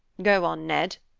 go on, ned.